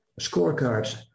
Scorecards